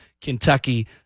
Kentucky